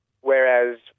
whereas